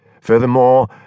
Furthermore